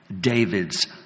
David's